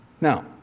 Now